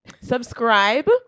Subscribe